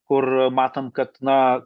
kur matom kad na